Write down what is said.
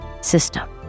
system